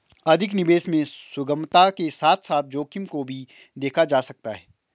अधिक निवेश में सुगमता के साथ साथ जोखिम को भी देखा जा सकता है